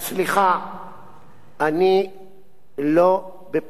אני לא בפוזיציה להתווכח עם נשיא